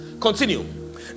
continue